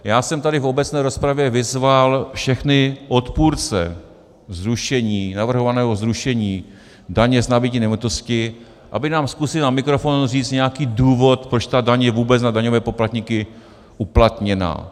Já jsem tady v obecné rozpravě vyzval všechny odpůrce navrhovaného zrušení daně z nabytí nemovitosti, aby nám zkusili na mikrofon říct nějaký důvod, proč ta daň je vůbec na daňové poplatníky uplatněna.